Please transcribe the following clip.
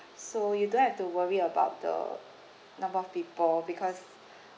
so you don't have to worry about the number of people because